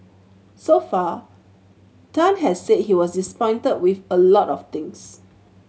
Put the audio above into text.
so far Tan has said he was disappointed with a lot of things